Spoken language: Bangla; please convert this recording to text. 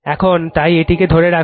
এখন তাই এটিকে ধরে রাখুন